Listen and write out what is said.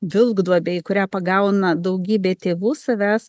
vilkduobė į kurią pagauna daugybė tėvų savęs